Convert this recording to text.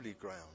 ground